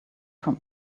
from